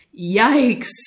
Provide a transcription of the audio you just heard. yikes